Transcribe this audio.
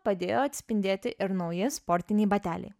padėjo atspindėti ir nauji sportiniai bateliai